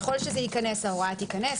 ככל שזה ייכנס ההוראה תיכנס.